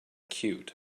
cute